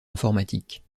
informatique